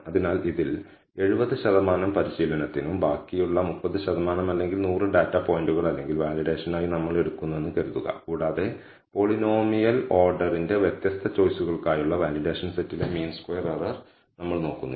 അതിനാൽ ഇതിൽ 70 ശതമാനം പരിശീലനത്തിനും ബാക്കിയുള്ള 30 ശതമാനം അല്ലെങ്കിൽ 100 ഡാറ്റ പോയിന്റുകൾ അല്ലെങ്കിൽ വാലിഡേഷൻനായി നമ്മൾ എടുക്കുന്നു എന്ന് കരുതുക കൂടാതെ പോളിനോമിയൽ ഓർഡറിന്റെ വ്യത്യസ്ത ചോയ്സുകൾക്കായുള്ള വാലിഡേഷൻ സെറ്റിലെ മീൻ സ്ക്വയർ എറർ നമ്മൾ നോക്കുന്നു